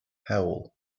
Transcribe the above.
hewl